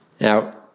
Now